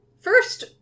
first